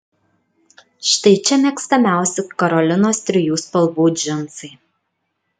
štai čia mėgstamiausi karolinos trijų spalvų džinsai